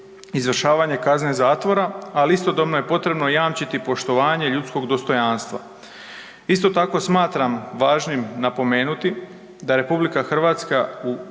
izvršavanje kazne zatvora, ali istodobno je potrebno jamčiti poštovanje ljudskog dostojanstva. Isto tako smatram važnim napomenuti da RH u slučaju